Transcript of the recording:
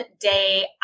day